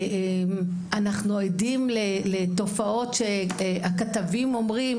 אנחנו עדים לתופעות שהכתבים אומרים